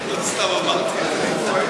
לא סתם אמרתי את זה.